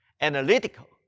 Analytical